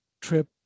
trip